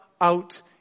out